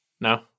no